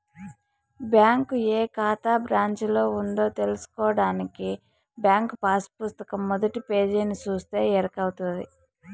bank కాతా ఏ బ్రాంచిలో ఉందో తెల్సుకోడానికి బ్యాంకు పాసు పుస్తకం మొదటి పేజీని సూస్తే ఎరకవుతది